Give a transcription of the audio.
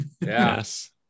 Yes